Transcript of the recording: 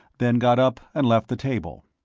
then got up and left the table.